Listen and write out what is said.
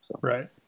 Right